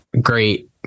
great